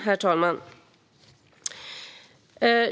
Herr talman!